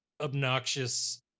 obnoxious